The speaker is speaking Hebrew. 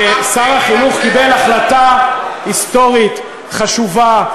שר החינוך קיבל החלטה היסטורית חשובה,